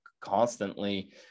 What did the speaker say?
constantly